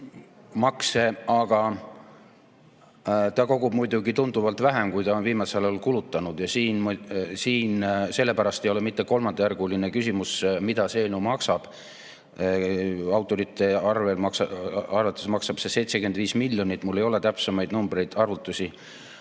makse. Aga ta kogub muidugi tunduvalt vähem, kui ta on viimasel ajal kulutanud. Ja sellepärast ei ole mitte kolmandajärguline küsimus, kui palju see eelnõu maksab. Autorite arvates maksab see 75 miljonit, mul ei ole täpsemaid arvutusi,